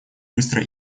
быстро